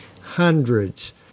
Hundreds